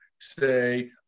say